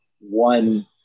one